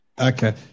Okay